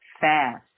fast